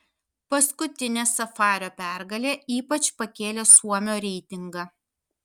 paskutinė safario pergalė ypač pakėlė suomio reitingą